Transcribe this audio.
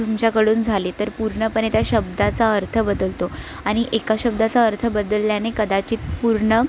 तुमच्याकडून झाली तर पूर्णपणे त्या शब्दाचा अर्थ बदलतो आणि एका शब्दाचा अर्थ बदलल्याने कदाचित पूर्ण